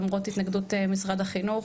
למרות התנגדות משרד החינוך,